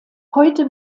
heute